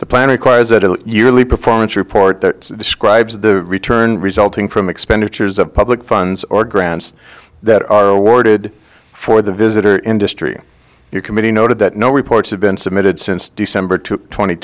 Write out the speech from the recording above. the plan acquires it a yearly performance report that describes the return resulting from expenditures of public funds or grants that are awarded for the visitor industry your committee noted that no reports have been submitted since december tw